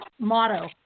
motto